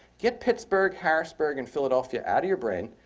get pittsburgh, harrisburg, and philadelphia out of your brain,